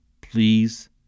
Please